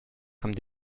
comme